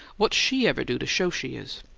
what's she ever do to show she is?